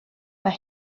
mae